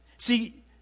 See